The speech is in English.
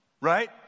right